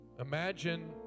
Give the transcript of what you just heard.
Imagine